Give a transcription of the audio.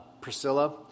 Priscilla